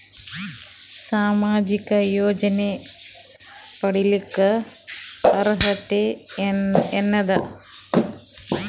ಸಾಮಾಜಿಕ ಯೋಜನೆ ಪಡಿಲಿಕ್ಕ ಅರ್ಹತಿ ಎನದ?